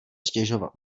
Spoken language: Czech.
stěžovat